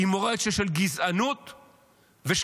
היא מורשת של גזענות ושקרים.